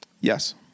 Yes